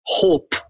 hope